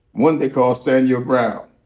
one they call stand your ground.